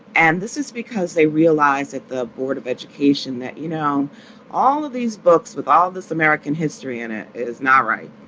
and this is because they realized that the board of education that, you know, in all of these books with all this american history in it is not right.